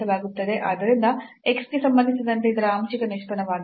ಆದ್ದರಿಂದ x ಗೆ ಸಂಬಂಧಿಸಿದಂತೆ ಇದರ ಆಂಶಿಕ ನಿಷ್ಪನ್ನವಾಗಿದೆ